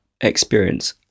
experience